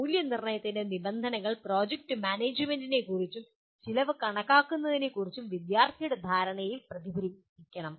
മൂല്യനിർണ്ണയത്തിന്റെ നിബന്ധനകൾ പ്രോജക്റ്റ് മാനേജ്മെന്റിനെക്കുറിച്ചും ചെലവ് കണക്കാക്കുന്നതിനെക്കുറിച്ചും വിദ്യാർത്ഥിയുടെ ധാരണയെ പ്രതിഫലിപ്പിക്കണം